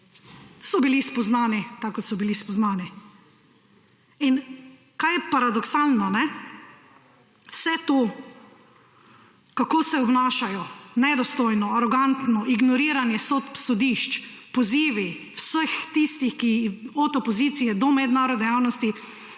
so bili spoznani tako kot so bili spoznani. In kaj je paradoksalno? Vse to kako se obnašajo, nedostojno, arogantno, ignoriranje sodb sodišč, pozivi vseh tistih, od opozicije do mednarodne dejavnosti,